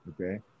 okay